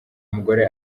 mugore